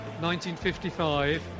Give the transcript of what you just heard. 1955